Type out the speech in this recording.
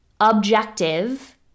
objective